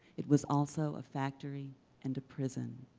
it was also a factory and a prison.